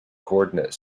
coordinate